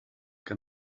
que